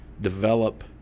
develop